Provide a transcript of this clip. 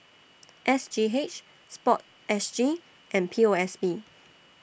S G H Sport S G and P O S B